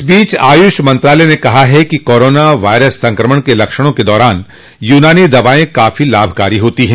इस बीच आयूष मंत्रालय ने कहा है कि कोरोना वायरस संक्रमण के लक्षणों के दौरान यूनानी दवाएं काफी लाभकारी होतो हैं